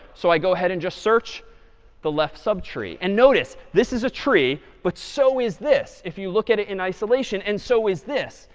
so i go ahead and just search the left subtree. and notice, this is a tree. but so is this if you look at it in isolation. and so is this.